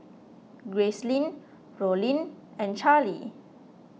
Gracelyn Rollin and Charlee